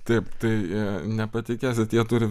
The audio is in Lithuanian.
taip tai nepatikėsit jie turi